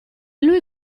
lui